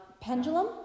Pendulum